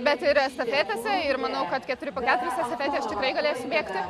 bet ir estafetėse ir manau kad keturi po keturis estafetę aš tikrai galėsiu bėgti